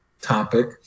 topic